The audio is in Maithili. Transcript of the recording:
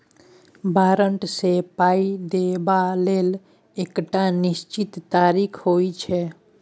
बारंट सँ पाइ देबा लेल एकटा निश्चित तारीख होइ छै